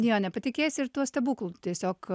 jo nepatikėsi ir tuo stebuklu tiesiog